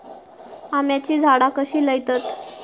आम्याची झाडा कशी लयतत?